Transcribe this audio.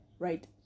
right